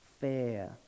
fair